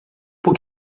por